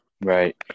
Right